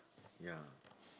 ya